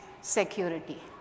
security